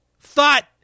thought